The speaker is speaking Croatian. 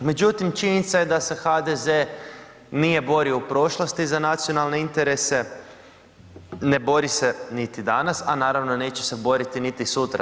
Međutim, činjenica je da se HDZ nije borio u prošlosti za nacionalne interese, ne bori se niti danas, a naravno neće se boriti niti sutra.